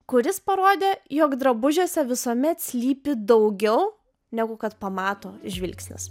kuris parodė jog drabužiuose visuomet slypi daugiau negu kad pamato žvilgsnis